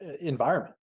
environment